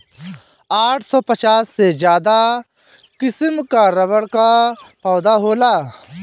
आठ सौ पचास से ज्यादा किसिम कअ रबड़ कअ पौधा होला